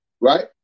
Right